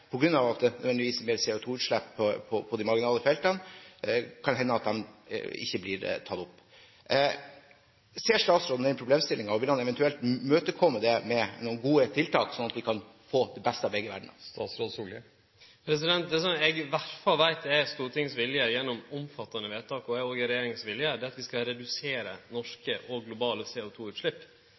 av at det nødvendigvis blir mer CO2-utslipp på de marginale feltene. Ser statsråden den problemstillingen, og vil han eventuelt imøtekomme den med noen gode tiltak, slik at vi kan få det beste av begge verdener? Det som eg iallfall veit er Stortingets vilje, gjennom omfattande vedtak, og som òg er regjeringas vilje, er at vi skal redusere norske og globale